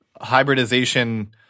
hybridization